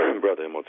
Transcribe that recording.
Brother